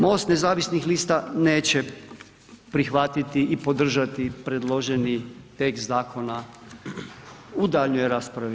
Most nezavisnih lista neće prihvatiti i podržati predloženi tekst zakona u daljnjoj raspravi.